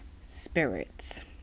spirits